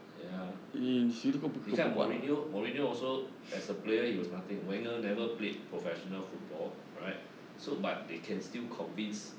ya 你看 mourinho mourinho also as a player he was nothing wenger never played professional football right so but they can still convinced